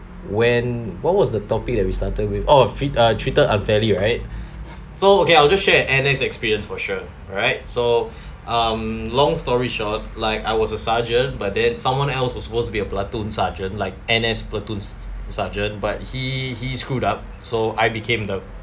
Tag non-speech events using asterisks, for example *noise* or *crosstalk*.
when what was the topic that we started with oh fit uh treated unfairly right *breath* so okay I'll just share N_S experience for sure right so *breath* um long story short like I was a sergeant but then someone else was supposed to be a platoon sergeant like N_S platoon sergeant but he he screwed up so I became the